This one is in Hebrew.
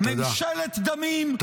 ממשלת דמים,